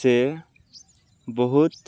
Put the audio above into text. ସେ ବହୁତ୍